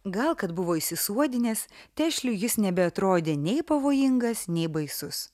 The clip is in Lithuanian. gal kad buvo išsisuodinęs tešliui jis nebeatrodė nei pavojingas nei baisus